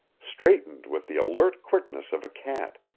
straightened with the alert quickness of a cat.